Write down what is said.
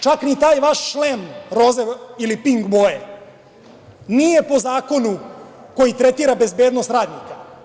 Čak ni taj vaš šlem, roze ili pink boje, nije po zakonu koji tretira bezbednost radnika.